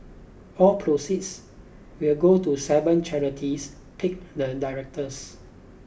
all proceeds will go to seven charities picked the directors